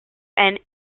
and